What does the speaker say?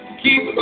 keep